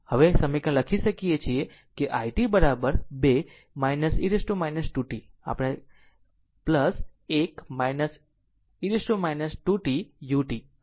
તેથી અમે આ સમીકરણ લખી શકીએ કે i t 2 e t 2 t આપણે 1 e t 2 t u બરાબર લખી શકીએ